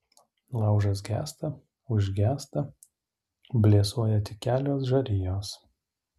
laužas gęsta užgęsta blėsuoja tik kelios žarijos